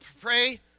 pray